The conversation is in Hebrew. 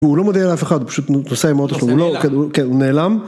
- הוא לא מודיע לאף אחד, הוא פשוט נוסע עם האוטו שלו - נוסע לאילת - כן, הוא נעלם.